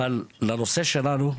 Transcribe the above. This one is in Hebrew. אבל לנושא שלנו,